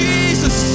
Jesus